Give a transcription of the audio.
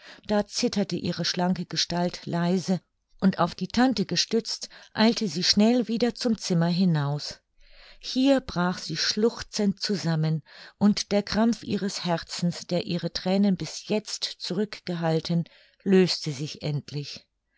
da zitterte ihre schlanke gestalt leise und auf die tante gestützt eilte sie schnell wieder zum zimmer hinaus hier brach sie schluchzend zusammen und der krampf ihres herzens der ihre thränen bis jetzt zurück gehalten löste sich endlich